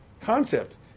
concept